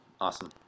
Awesome